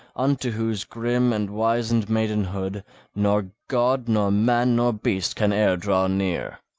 unto whose grim and wizened maidenhood nor god nor man nor beast can e'er draw near.